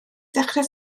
ddechrau